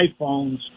iPhones